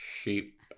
Sheep